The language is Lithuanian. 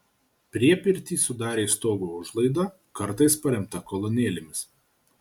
priepirtį sudarė stogo užlaida kartais paremta kolonėlėmis